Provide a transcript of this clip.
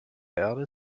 erde